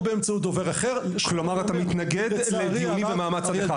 או באמצעות דובר אחר --- כלומר אתה מתנגד לדיונים במעמד צד אחד.